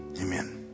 Amen